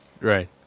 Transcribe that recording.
Right